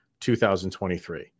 2023